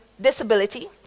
disability